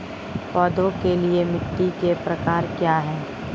पौधों के लिए मिट्टी के प्रकार क्या हैं?